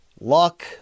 luck